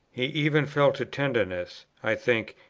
he even felt a tenderness, i think,